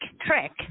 Trick